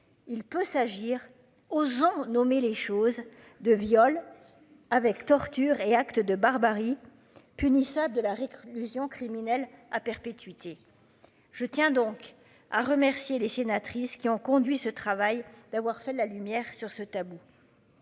Il peut s'agir osant nommer les choses de viol avec torture et actes de barbarie punissable de la réclusion criminelle à perpétuité. Je tiens donc à remercier les sénatrices qui ont conduit ce travail d'avoir fait la lumière sur ce tabou.